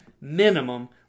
minimum